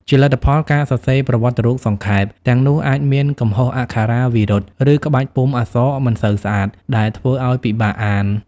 ជាលទ្ធផល ការសរសេរប្រវត្តិរូបសង្ខេប ទាំងនោះអាចមានកំហុសអក្ខរាវិរុទ្ធ ឬក្បាច់ពុម្ពអក្សរមិនសូវស្អាត ដែលធ្វើឲ្យពិបាកអាន។